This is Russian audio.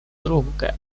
друга